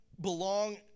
belong